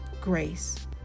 grace